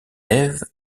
ève